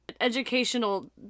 educational